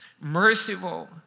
merciful